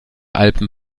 alpen